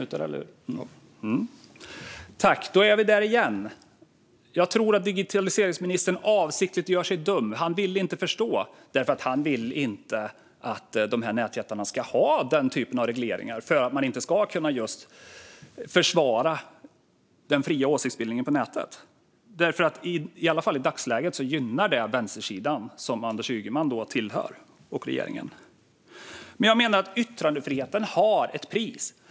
Herr talman! Då är vi där igen. Jag tror att digitaliseringsministern avsiktligt gör sig dum. Han vill inte förstå, för han vill inte att nätjättarna ska ha denna typ av regleringar, och han vill inte att man ska kunna försvara den fria åsiktsbildningen på nätet. I alla fall i dagsläget gynnar ju detta vänstersidan, som Anders Ygeman och regeringen tillhör. Jag menar att yttrandefriheten har ett pris.